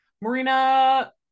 Marina